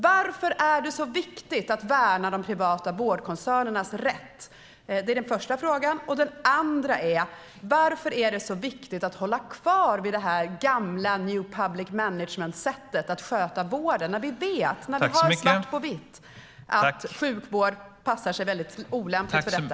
Varför är det så viktigt att värna de privata vårdkoncernernas rätt? Det är den första frågan. Den andra är: Varför är det så viktigt att hålla fast vid det här gamla new public management-sättet att sköta vården när vi vet, när vi har svart på vitt, att sjukvård lämpar sig väldigt illa för detta?